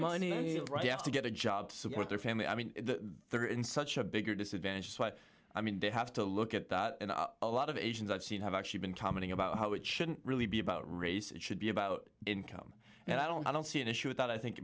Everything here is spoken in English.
money to get a job to support their family i mean they're in such a bigger disadvantage is what i mean they have to look at that and a lot of asians i've seen have actually been commenting about how it shouldn't really be about race it should be about income and i don't i don't see an issue with that i think